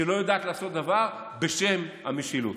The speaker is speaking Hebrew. שלא יודעת לעשות דבר, בשם המשילות.